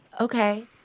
Okay